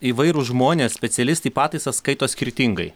įvairūs žmonės specialistai pataisas skaito skirtingai